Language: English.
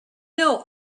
know